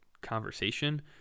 conversation